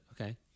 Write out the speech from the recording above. okay